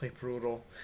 brutal